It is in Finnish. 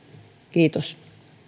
kiitos